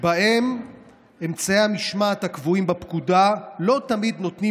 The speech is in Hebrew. שבהם אמצעי המשמעת הקבועים בפקודה לא תמיד נותנים